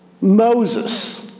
Moses